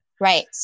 Right